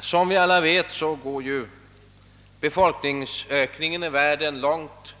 Som vi alla vet går befolkningsökningen i världen långt